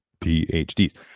PhDs